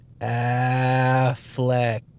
affleck